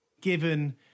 given